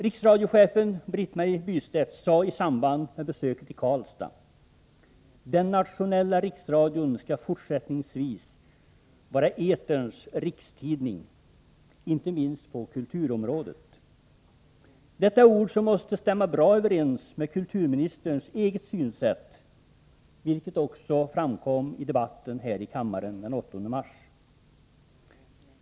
Riksradiochefen, Britt-Marie Bystedt, sade i samband med besöket i Karlstad: ”Den nationella riksradion skall fortsättningsvis vara eterns rikstidning, inte minst på kulturområdet.” Detta är ord som måste stämma bra överens med kulturministerns eget synsätt, vilket också framkom i debatten här i kammaren den 8 mars.